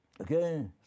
Okay